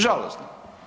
Žalosno.